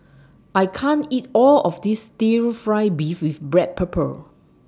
I can't eat All of This Stir Fry Beef with Black Pepper